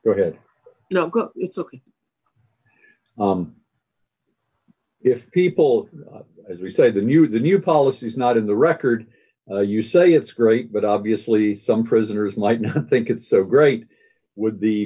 go ahead you know it's ok if people as we say the new the new policy is not in the record you say it's great but obviously some prisoners might not think it's so great would be